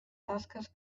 tasques